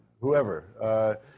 whoever